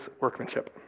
workmanship